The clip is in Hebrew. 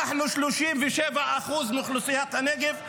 אנחנו 37% מאוכלוסיית הנגב,